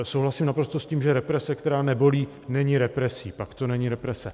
Souhlasím naprosto s tím, že represe, která nebolí, není represí, pak to není represe.